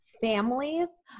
families